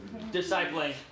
discipling